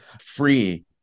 free